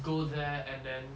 go there and then